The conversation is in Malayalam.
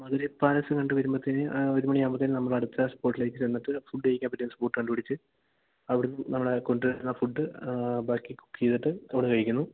മധുരൈ പാലസ്സ് കണ്ട് വരുമ്പോഴത്തേന് ഒരു മണിയാകുമ്പോഴത്തേന് നമ്മൾ അടുത്ത സ്പോട്ടിലേക്ക് ചെന്നിട്ട് ഫുഡ്ഡ് കഴിക്കാൻ പറ്റിയ സ്പോട്ട് കണ്ട് പിടിച്ച് അവിടെന്ന് നമ്മൾ കൊണ്ട് വരുന്ന ഫുഡ് ബാക്കി കുക്ക് ചെയ്തിട്ട് നമ്മൾ കഴിക്കുന്നു